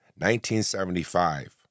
1975